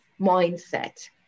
mindset